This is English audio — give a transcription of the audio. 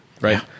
right